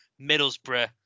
Middlesbrough